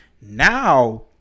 now